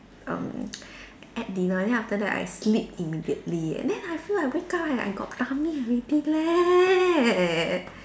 um ate dinner then after that I sleep immediately then I feel like I wake up right I got tummy already leh